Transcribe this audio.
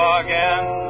again